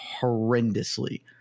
horrendously